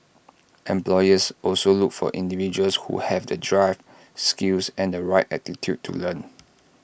employers also look for individuals who have the drive skills and the right attitude to learn